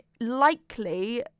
likely